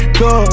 go